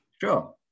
Sure